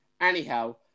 anyhow